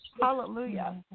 Hallelujah